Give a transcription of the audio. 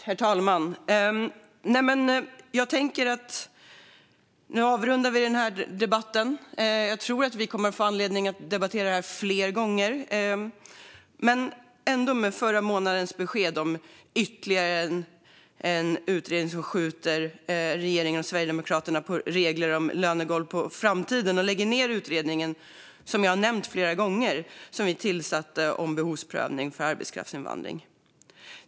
Herr talman! Nu avrundar vi den här debatten. Jag tror att vi kommer att få anledning att debattera detta fler gånger. Förra månaden kom besked om att regeringen och Sverigedemokraterna med ytterligare en utredning skjuter regler om lönegolv på framtiden och, som jag har nämnt flera gånger, lägger ned den utredning vi tillsatte om behovsprövning för arbetskraftsinvandring.